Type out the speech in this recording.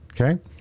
okay